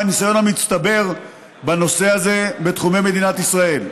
הניסיון המצטבר בנושא הזה בתחומי מדינת ישראל.